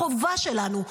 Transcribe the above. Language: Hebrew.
החובה שלנו,